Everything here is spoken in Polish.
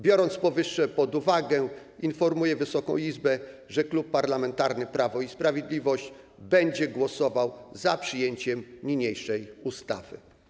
Biorąc powyższe pod uwagę, informuję Wysoką Izbę, że Klub Parlamentarny Prawo i Sprawiedliwość będzie głosował za przyjęciem niniejszej ustawy.